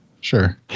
sure